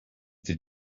the